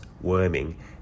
worming